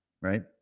Right